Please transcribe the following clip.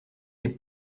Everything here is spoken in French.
les